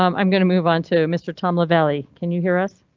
um i'm going to move on to mr tom lavalley. can you hear us?